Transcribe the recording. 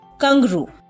kangaroo